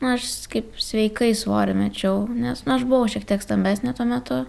na aš kaip sveikai svorį mečiau nes nu aš buvau šiek tiek stambesnė tuo metu